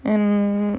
and